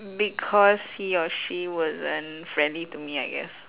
because he or she wasn't friendly to me I guess